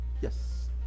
Yes